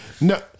No